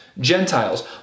Gentiles